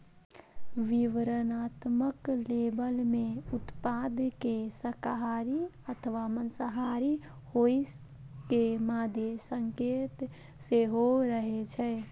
विवरणात्मक लेबल मे उत्पाद के शाकाहारी अथवा मांसाहारी होइ के मादे संकेत सेहो रहै छै